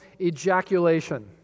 ejaculation